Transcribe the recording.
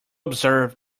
observe